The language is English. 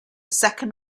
second